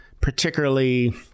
particularly